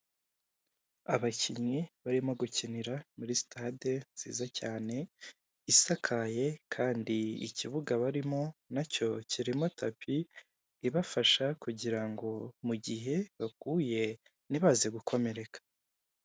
Abakinnyi barimo gukinira muri sitade nziza cyane; isakaye kandi ikibuga barimo nacyo kirimo tapi; ibafasha kugira ngo mu gihe baguye ntibaze gukomereka.